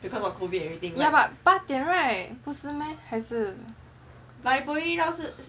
yeah but 八点 right 不是 meh 还是